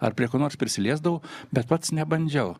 ar prie ko nors prisiliesdavau bet pats nebandžiau